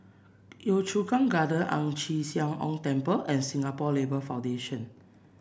Yio Chu Kang Gardens Ang Chee Sia Ong Temple and Singapore Labour Foundation